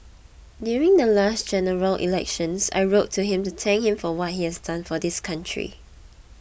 during the last General Elections I wrote to him to thank him for what he has done for this country